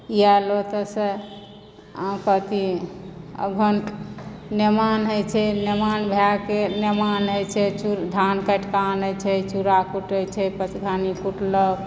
आयल ओतयसँ अहाँक अथी अगहन नेमान होय छै नेमान भएकऽ नेमान होय छै धान काटिके आनैत छै चूड़ा कुटैत छै पचघानी कुटलक